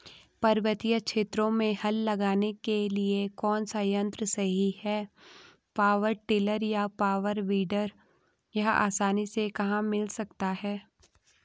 पर्वतीय क्षेत्रों में हल लगाने के लिए कौन सा यन्त्र सही है पावर टिलर या पावर वीडर यह आसानी से कहाँ मिल सकता है?